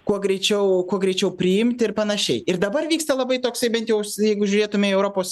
kuo greičiau kuo greičiau priimti ir panašiai ir dabar vyksta labai toksai bent jau jeigu žiūrėtume į europos